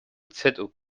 zob